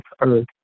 earth